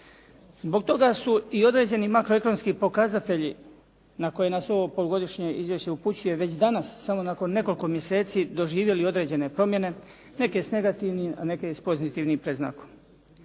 Zbog toga su i određeni makroekonomski pokazatelji na koje nas ovo polugodišnje izvješće upućuje, već danas samo nakon nekoliko mjeseci doživjeli određene promjene, neke s negativnim, a neke s pozitivnim predznakom.